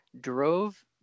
drove